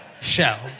shell